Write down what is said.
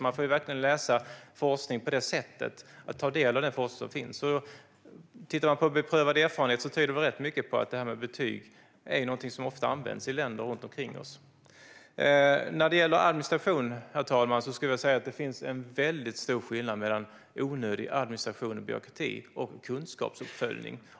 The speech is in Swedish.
Man får läsa forskningen på det sättet och ta del av den forskning som finns. Tittar man på beprövad erfarenhet ser man att rätt mycket tyder på att betyg är någonting som ofta används i länder runt omkring oss. När det gäller administration, herr talman, skulle jag vilja säga att det finns en stor skillnad mellan onödig administration och kunskapsuppföljning.